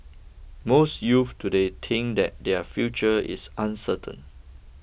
most youths today think that their future is uncertain